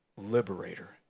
liberator